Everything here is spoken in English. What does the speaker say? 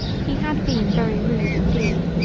he had been very rude indeed.